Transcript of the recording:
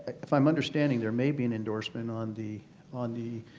if i'm understanding, there may be and endorsement on the on the